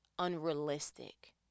unrealistic